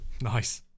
Nice